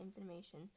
information